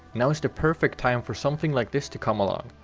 now is the perfect time for something like this to come along.